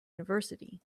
university